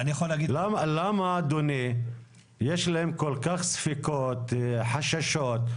למה יש להם ספקות וחששות?